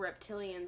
reptilians